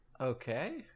Okay